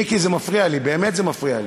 מיקי, זה מפריע לי, באמת זה מפריע לי.